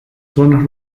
zonas